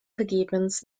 vergebens